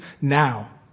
now